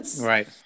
right